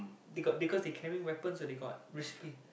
they got because they carrying weapons so they got risk pay